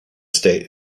state